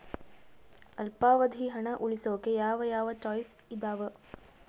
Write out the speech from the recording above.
ಅಲ್ಪಾವಧಿ ಹಣ ಉಳಿಸೋಕೆ ಯಾವ ಯಾವ ಚಾಯ್ಸ್ ಇದಾವ?